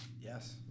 yes